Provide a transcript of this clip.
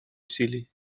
усилий